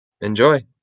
Enjoy